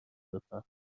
بفهمن